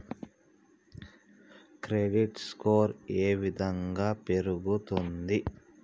Credit score ఏ విధంగా పెరుగుతుంది?